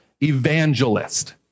evangelist